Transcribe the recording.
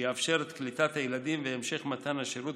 שיאפשר את קליטת הילדים והמשך מתן השירות